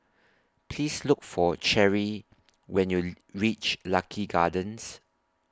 Please Look For Cherri when YOU REACH Lucky Gardens